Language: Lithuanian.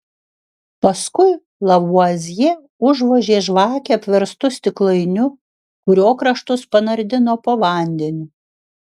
paskui lavuazjė užvožė žvakę apverstu stiklainiu kurio kraštus panardino po vandeniu